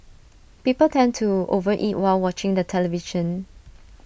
people tend to over eat while watching the television